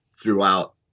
throughout